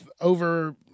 over